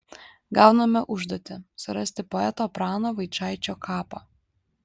gauname užduotį surasti poeto prano vaičaičio kapą